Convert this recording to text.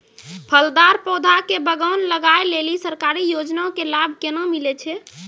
फलदार पौधा के बगान लगाय लेली सरकारी योजना के लाभ केना मिलै छै?